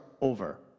over